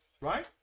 right